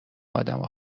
ادما